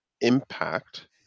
impact